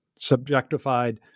subjectified